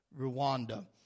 Rwanda